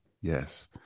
yes